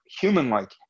human-like